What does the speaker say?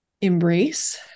embrace